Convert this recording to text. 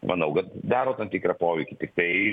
manau kad daro tam tikrą poveikį tiktai